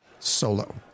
Solo